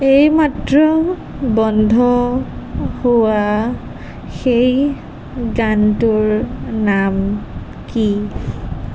এইমাত্ৰ বন্ধ হোৱা সেই গানটোৰ নাম কি